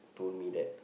told me that